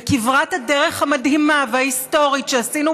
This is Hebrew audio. וכברת הדרך המדהימה וההיסטורית שעשינו